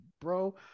bro